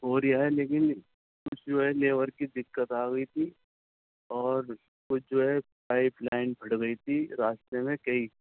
ہو ریا ہے لیکن کچھ جو ہے لیبر کی دقت آ گئی تھی اور کچھ جو ہے پائپ لائن پھٹ گئی تھی راستے میں کئی